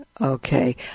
Okay